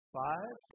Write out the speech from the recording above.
five